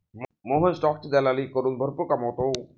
मोहन स्टॉकची दलाली करून भरपूर कमावतो